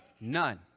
None